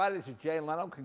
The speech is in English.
and is jay leno.